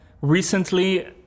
recently